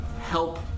help